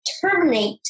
terminate